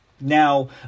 Now